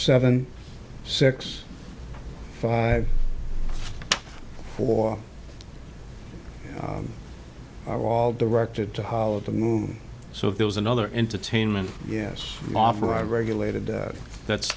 seven six five four are all directed to how to move so there was another entertainment yes offer i regulated that's